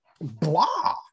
blah